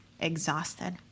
exhausted